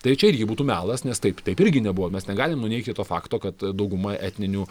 tai čia irgi būtų melas nes taip taip irgi nebuvo mes negalim nuneigti to fakto kad dauguma etninių